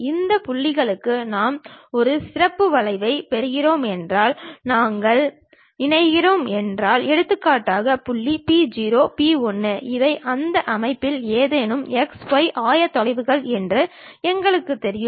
அந்த புள்ளிகள் நாம் ஒரு சிறப்பு வளைவைப் பெறுகிறோம் என்றால் நாங்கள் இணைகிறோம் என்றால் எடுத்துக்காட்டாக புள்ளி p0 p 1 இவை அந்த அமைப்பின் ஏதேனும் x y ஆயத்தொகுப்புகள் என்று எங்களுக்குத் தெரியும்